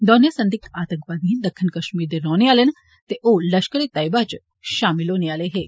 दौने संदिग्ध आतंकवादी दक्खन कश्मीर दे रौहने आहले न ते ओ लश्करे तैयबा च शामल होने आहले हे